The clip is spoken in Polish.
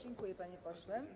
Dziękuję, panie pośle.